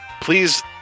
please